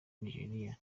nigeria